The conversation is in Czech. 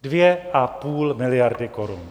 Dvě a půl miliardy korun.